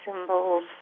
symbols